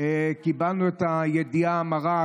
קיבלנו את הידיעה המרה,